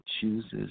chooses